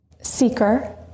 seeker